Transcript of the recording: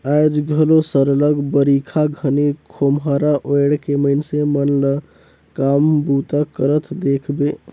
आएज घलो सरलग बरिखा घनी खोम्हरा ओएढ़ के मइनसे मन ल काम बूता करत देखबे